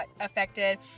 affected